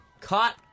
Caught